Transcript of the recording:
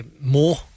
more